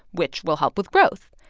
which will help with growth.